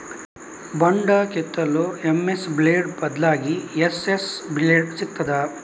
ಬೊಂಡ ಕೆತ್ತಲು MS blade ಬದ್ಲಾಗಿ ಎಸ್.ಎಸ್ ಬ್ಲೇಡ್ ಸಿಕ್ತಾದ?